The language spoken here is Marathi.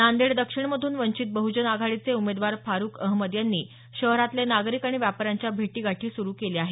नांदेड दक्षिणमधून वंचित बहूजन आघाडीचे उमेदवार फारूक अहमद यांनी शहरातले नागरिक आणि व्यापार्यांच्या भेटीगाठी सुरू केल्या आहेत